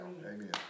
Amen